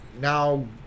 Now